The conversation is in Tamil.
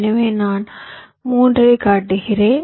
எனவே நான் 3 ஐக் காட்டுகிறேன்